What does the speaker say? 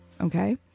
okay